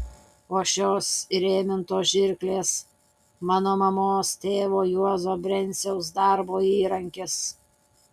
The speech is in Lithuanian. o šios įrėmintos žirklės mano mamos tėvo juozo brenciaus darbo įrankis